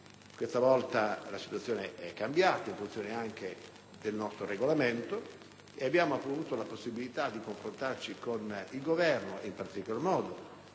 Questa volta la situazione è cambiata, anche in funzione del nostro Regolamento, e abbiamo avuto la possibilità di confrontarci con il Governo, in particolar modo